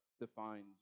defines